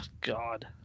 God